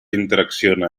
interacciona